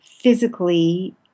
physically